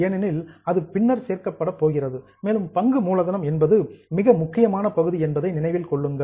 ஏனெனில் அது பின்னர் சேர்க்கப்பட போகிறது மேலும் பங்கு மூலதனம் என்பது மிக முக்கியமான பகுதி என்பதை நினைவில் கொள்ளுங்கள்